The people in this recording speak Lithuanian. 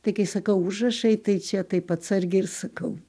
tai kai sakau užrašai tai čia taip atsargiai ir sakau